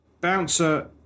bouncer